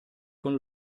con